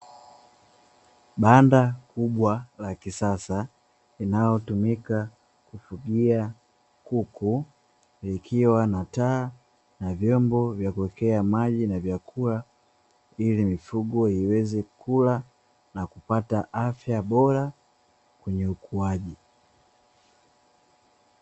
Banda kubwa la kisasa linalotumika kufugia kuku likiwa na taa na vyombo vya kuwekea maji na vyakula, ili mifugo iweze kula na kupata afya bora kwenye ukuaji.